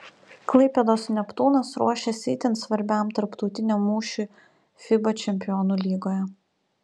klaipėdos neptūnas ruošiasi itin svarbiam tarptautiniam mūšiui fiba čempionų lygoje